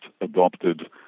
adopted